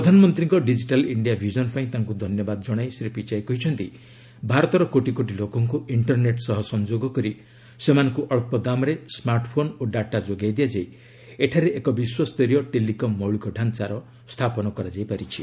ପ୍ରଧାନମନ୍ତ୍ରୀଙ୍କ digital India vision ପାଇଁ ତାଙ୍କୁ ଧନ୍ୟବାଦ ଜଶାଇ ଶ୍ରୀ ପିଚାଇ କହିଛନ୍ତି ଭାରତର କୋଟି କୋଟି ଲୋକଙ୍କୁ ଇଣ୍ଟରନେଟ୍ ସହ ସଂଯୋଗ କରି ସେମାନଙ୍କୁ ଅଳ୍ପ ଦାମ୍ରେ ସ୍ତାର୍ଟ୍ଫୋନ୍ ଓ ଡାଟା ଯୋଗାଇ ଦିଆଯାଇ ଏଠାରେ ଏକ ବିଶ୍ୱସ୍ତରୀୟ ଟେଲିକମ୍ ମୌଳିକ ଢାଞ୍ଚା ସ୍ଥାପନ କରାଯାଇଛି